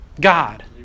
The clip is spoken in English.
God